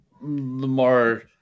Lamar